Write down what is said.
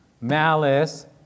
malice